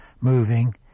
moving